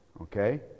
Okay